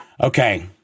Okay